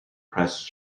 pressed